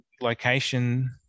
location